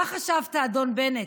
מה חשבת, אדון בנט,